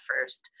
first